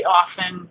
often